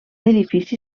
edifici